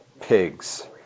Pigs